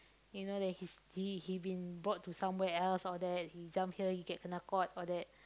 you know that he's he he been brought to somewhere else all that he jump here he get kena caught all that